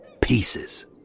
Pieces